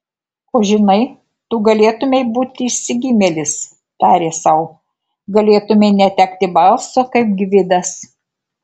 o žinai tu galėtumei būti išsigimėlis tarė sau galėtumei netekti balso kaip gvidas